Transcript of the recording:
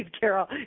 Carol